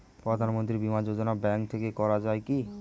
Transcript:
প্রধানমন্ত্রী বিমা যোজনা ব্যাংক থেকে করা যায় কি?